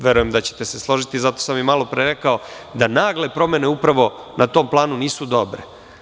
Verujem da ćete se složiti, zato sam i malopre rekao da nagle promene upravo na tom planu nisu dobre.